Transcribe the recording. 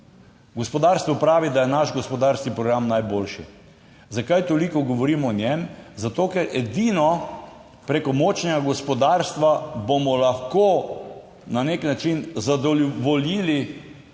Gospodarstvo pravi, da je naš gospodarski program najboljši. Zakaj toliko govorimo o njem? Zato, ker edino preko močnega gospodarstva bomo lahko na nek način zadovoljili, če hočete,